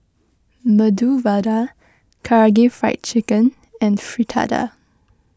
Medu Vada Karaage Fried Chicken and Fritada